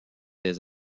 des